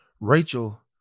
Rachel